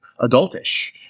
Adultish